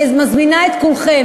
אני מזמינה את כולכם,